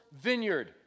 Vineyard